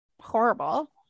horrible